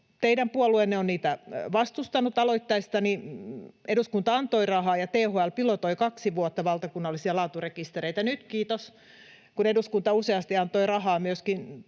Teidän puolueenne on niitä vastustanut. Aloitteestani eduskunta antoi rahaa, ja THL pilotoi kaksi vuotta valtakunnallisia laaturekistereitä. Nyt kun — kiitos, kun eduskunta useasti antoi rahaa, myöskin